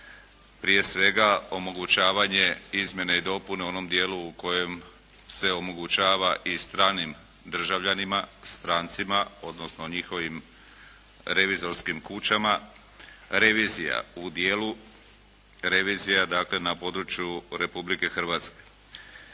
Prije svega omogućavanje izmjene i dopune u onom dijelu u kojem se omogućava i stranim državljanima, strancima odnosno, njihovim revizorskim kućama revizija u dijelu revizija, dakle, na području Republike Hrvatske.